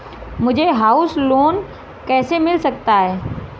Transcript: मुझे house loan कैसे मिल सकता है?